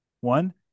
One